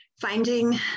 finding